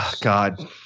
God